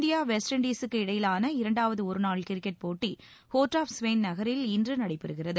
India West Indies இடையிலான இரண்டாவது ஒருநாள் கிரிக்கெட் போட்டி போர்ட் ஆப் ஸ்பெயின் நகரில் இன்று நடைபெறுகிறது